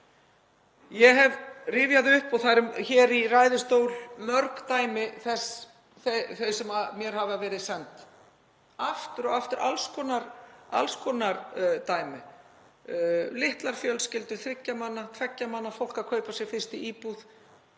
Ég hef rifjað upp hér í ræðustól mörg dæmi sem mér hafa verið send, aftur og aftur, alls konar dæmi; litlar fjölskyldur, þriggja manna, tveggja manna, fólk að kaupa sér fyrstu íbúð,